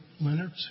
Leonard